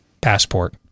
passport